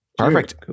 Perfect